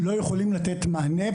לא יכולים לתת מענה.